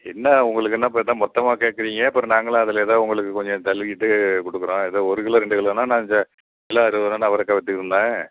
என்ன உங்களுக்கு என்ன பார்த்தா மொத்தமாக கேட்குறிங்க அப்புறம் நாங்களாக அதில் எதாவது உங்களுக்கு கொஞ்சம் தள்ளிக்கிட்டு கொடுக்குறோம் எதோ ஒரு கிலோ ரெண்டு கிலோன்னா நான் கிலோ அறுபது ருபான்னு அவரக்காய் விற்றுக்கிட்டு இருந்தேன்